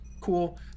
cool